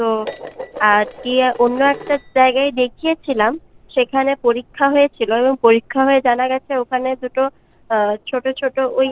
তো আর দিয়ে অন্য একটা জায়গায় দেখিয়েছিলাম সেইখানে পরীক্ষা হয়েছিল এবং পরীক্ষা হয়ে জানা গেছে ওখানে দুটো ছোটো ছোটো ওই